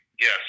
yes